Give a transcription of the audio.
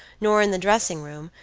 nor in the dressing room,